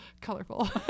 colorful